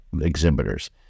exhibitors